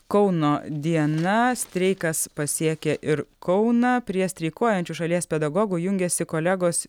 kauno diena streikas pasiekė ir kauną prie streikuojančių šalies pedagogų jungiasi kolegos